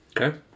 Okay